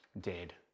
dead